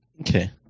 Okay